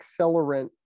accelerant